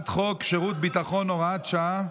אנחנו מצביעים על הצעת חוק שירות ביטחון (הוראת שעה)